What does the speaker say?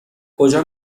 کجا